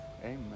Amen